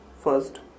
first